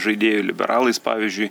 žaidėju liberalais pavyzdžiui